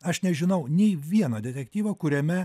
aš nežinau nei vieno detektyvo kuriame